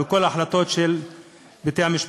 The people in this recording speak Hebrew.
לכל ההחלטות של בתי-המשפט.